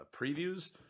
previews